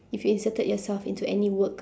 if you inserted yourself into any work